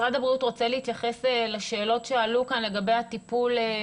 משרד הבריאות רוצה להתייחס לשאלות שעלו כאן לגבי הטיפול?